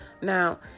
Now